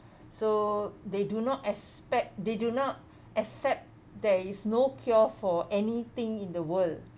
so they do not expect they do not accept there is no cure for anything in the world